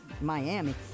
Miami